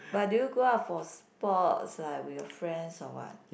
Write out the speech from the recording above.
but do you go out for sports like with your friends or what